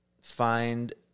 find